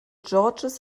george’s